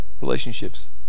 relationships